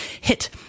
hit